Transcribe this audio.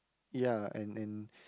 ya and and